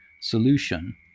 solution